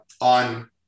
on